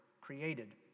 created